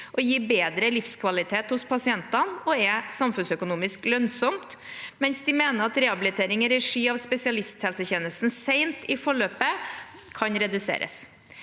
gi bedre livskvalitet hos pasientene, og det er samfunnsøkonomisk lønnsomt, mens de mener at rehabilitering i regi av spesialisthelsetjenesten sent i forløpet kan reduseres.